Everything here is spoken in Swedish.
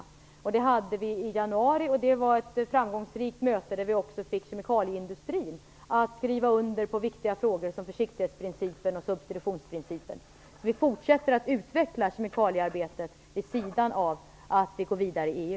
Det mötet hade vi i januari. Det var ett framgångsrikt möte där vi också fick kemikalieindustrin att skriva under på viktiga frågor, som försiktighetsprincipen och substitutionsprincipen. Vi fortsätter att utveckla kemikaliearbetet vid sidan av att vi går vidare i EU.